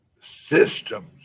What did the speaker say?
systems